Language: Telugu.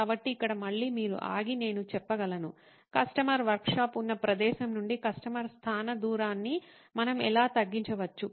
కాబట్టి ఇక్కడ మళ్ళీ మీరు ఆగి నేను చెప్పగలను కస్టమర్ వర్క్ షాప్ ఉన్న ప్రదేశం నుండి కస్టమర్ స్థాన దూరాన్ని మనం ఎలా తగ్గించవచ్చు